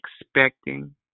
expecting